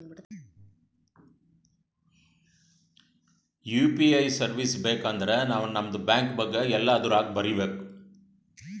you P I service ಬೇಕ್ ಅಂದರ್ ನಾವ್ ನಮ್ದು ಬ್ಯಾಂಕ ಬಗ್ಗೆ ಎಲ್ಲಾ ಅದುರಾಗ್ ಬರೀಬೇಕ್